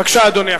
בבקשה, אדוני.